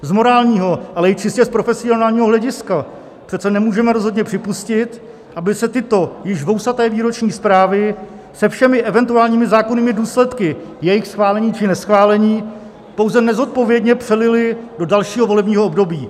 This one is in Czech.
Z morálního, ale i čistě profesionálního hlediska přece nemůžeme rozhodně připustit, aby se tyto již vousaté výroční zprávy se všemi eventuálními zákonnými důsledky jejich schválení či neschválení pouze nezodpovědně přelily do dalšího volebního období.